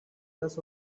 was